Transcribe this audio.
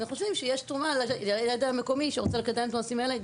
וחושבים יש תרומה לידע המקומי שרוצה לקדם את הנושאים האלה,